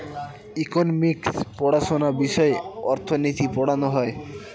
economics পড়াশোনা বিষয়ে অর্থনীতি পড়ানো হয়